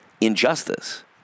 Injustice